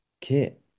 kit